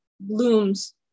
blooms